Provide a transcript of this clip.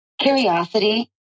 curiosity